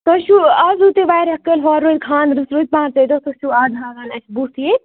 تُہۍ چھِو اَز وٲتِو واریاہ کالۍ واریاہ خانٛدرَس سۭتۍ پانٛژے دۄہ تُہۍ چھِو اَز ہاوان اَسہِ بُتھ ییٚتۍ